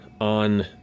On